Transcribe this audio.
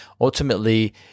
ultimately –